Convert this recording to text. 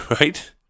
Right